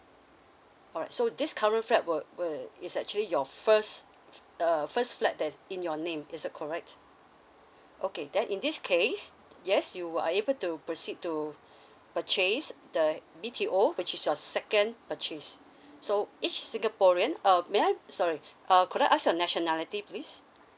alright so this current flat were were it's actually your first uh first flat that in your name is it correct okay then in this case yes you are able to proceed to purchase the B T O which is your second purchase so each singaporean um may I sorry uh could I ask your nationality please